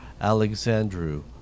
Alexandru